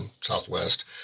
Southwest